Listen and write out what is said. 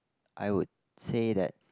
I would say that